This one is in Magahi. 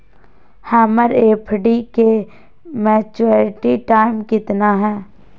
हमर एफ.डी के मैच्यूरिटी टाइम कितना है?